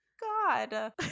God